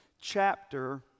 chapter